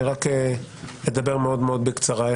אני אדבר מאוד בקצרה.